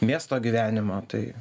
miesto gyvenimą tai